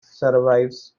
survives